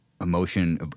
emotion